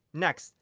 next,